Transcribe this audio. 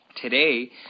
Today